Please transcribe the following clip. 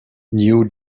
new